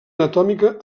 anatòmica